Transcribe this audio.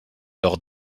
lors